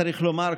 צריך לומר,